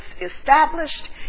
established